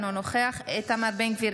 אינו נוכח איתמר בן גביר,